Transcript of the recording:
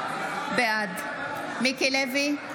בעד מיקי לוי,